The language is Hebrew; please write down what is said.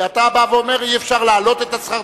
ואתה אומר: אי-אפשר להעלות את שכר